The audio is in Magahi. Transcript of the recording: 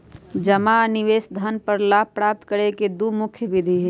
जमा आ निवेश धन पर लाभ प्राप्त करे के दु मुख्य विधि हइ